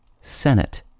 senate